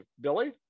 Billy